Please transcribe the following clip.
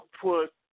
put